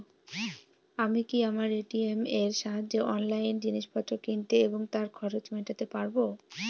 আমি কি আমার এ.টি.এম এর সাহায্যে অনলাইন জিনিসপত্র কিনতে এবং তার খরচ মেটাতে পারব?